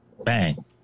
Bang